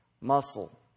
muscle